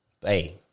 hey